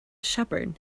shepherd